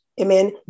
Amen